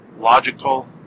logical